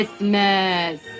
Christmas